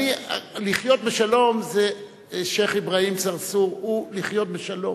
לחיות בשלום, שיח' אברהים צרצור, זה לחיות בשלום,